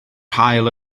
haul